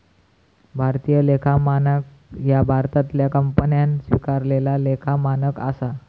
भारतीय लेखा मानक ह्या भारतातल्या कंपन्यांन स्वीकारलेला लेखा मानक असा